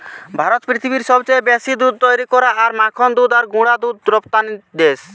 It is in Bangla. ভারত পৃথিবীর সবচেয়ে বেশি দুধ তৈরী করা আর মাখন দুধ আর গুঁড়া দুধ রপ্তানি করা দেশ